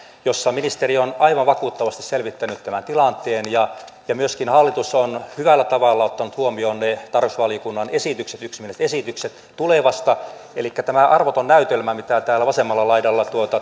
ministeri on aivan vakuuttavasti selvittänyt tämän tilanteen ja ja myöskin hallitus on hyvällä tavalla ottanut huomioon ne tarkastusvaliokunnan yksimieliset esitykset tulevasta elikkä tämä arvoton näytelmä mitä täällä vasemmalla laidalla